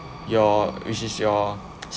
your which is your